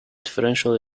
differential